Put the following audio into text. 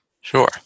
Sure